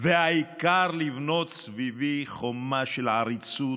והעיקר לבנות סביבי חומה של עריצות,